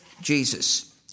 Jesus